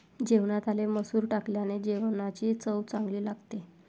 जेवणात आले मसूर टाकल्याने जेवणाची चव चांगली लागते